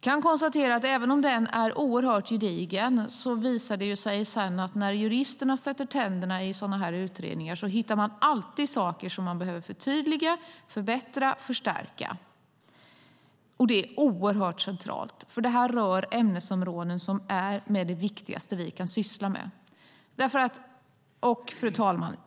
Denna utredning är oerhört gedigen, men det visar sig när juristerna sätter tänderna i sådana här utredningar att man alltid hittar saker som behöver förtydligas, förbättras och förstärkas. Det är oerhört centralt, för det rör ämnesområden som är bland det viktigaste vi kan syssla med. Fru talman!